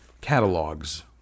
catalogs